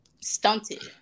stunted